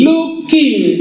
Looking